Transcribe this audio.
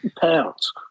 pounds